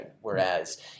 Whereas